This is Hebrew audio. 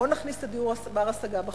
בר-השגה, בואו נכניס את דיור בר-השגה בחוק.